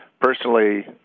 Personally